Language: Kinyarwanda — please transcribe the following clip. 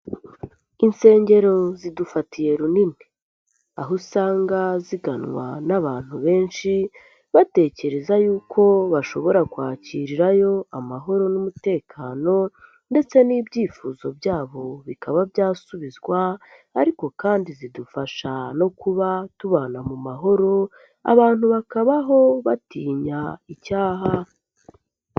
Insengero zidufatiye runini. Aho usanga ziganwa n'abantu benshi, batekereza yuko bashobora kwakirirayo amahoro n'umutekano ndetse n'ibyifuzo byabo bikaba byasubizwa ariko kandi zidufasha no kuba tubana mu mahoro, abantu bakabaho batinya icyaha.